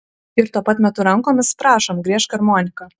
ir tuo pat metu rankomis prašom griežk armonika